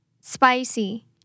Spicy